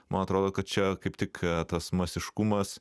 man atrodo kad čia kaip tik tas masiškumas